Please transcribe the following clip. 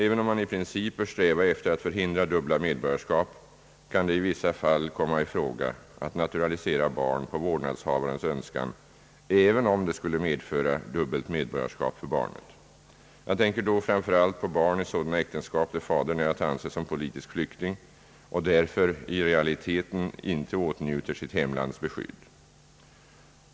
Även om man i princip bör sträva efter att förhindra dubbla medborgarskap kan det i vissa fall komma i fråga att naturalisera barn på vårdnadshavares önskan, även om det skulle medföra dubbelt medborgarskap för barnet. Jag tänker då framför allt på barn i sådana äktenskap där fadern är att anse som politisk flykting och därför i realiteten inte åtnjuter sitt hemlands beskydd.